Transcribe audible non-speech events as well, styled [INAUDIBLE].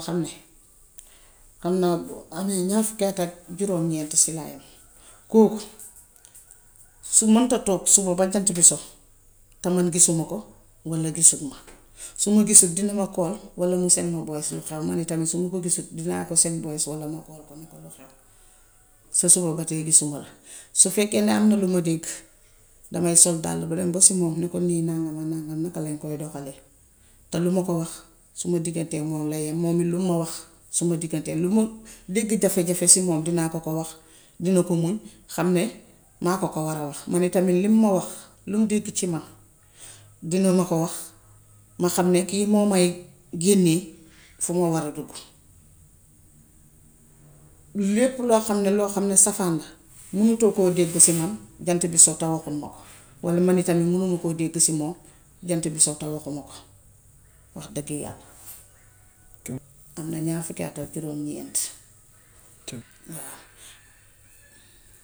Xam ne xam naa at yi, ñaar fukki at ak juróom ñeent si laa yam. Kooku su mënta toog suba ba jant bi so, te man gisuma ko walla gisut ma. Su ma gisul dina ma call walla mu send ma voice bocal mn tamit su ma ko gisul dinaa ko send voice bocal walla ma call ko ni ko lu xew si suba ba tay gisuma la. Su fekkee ne am na lu ma dégg, dama sol ddàll bi dem ba si moom ne ko lii nàngam ak nàngam naka lañ koy doxalee, te li ma ko wax sama diggante ak moom lay yam. Moom it lum ma wax sama digganteek moom lu ma dégg jafe-jafe si moom dinaa ko ko wax, dina ko muñ xam ne maa ko ko war a wax. Moom itamit lim ma wax, lum dégg ci man dina ma ko wax, ma xam ni kii moo may génnee fu may war a dugg. Lépp loo xam ni loo xam ni safaan la munutu koo dégg si man jant bi so te waxuñ ma ko. Loolu man itamit munuma koo dégg si moom jant bi so te waxuma ko wax dëgg yàlla. [UNINTELLIGIBLE] Am na ñaar fukki at ak juróom ñeent [UNINTELLIGIBLE] waaw.